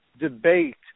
debate